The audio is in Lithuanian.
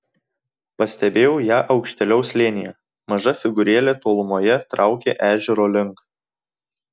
pastebėjau ją aukštėliau slėnyje maža figūrėlė tolumoje traukė ežero link